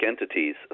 entities